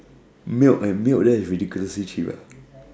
milk and milk there is ridiculously cheap ah